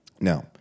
Now